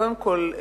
קודם כול,